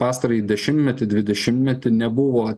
pastarąjį dešimtmetį dvidešimtmetį nebuvo